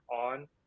on